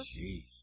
Jeez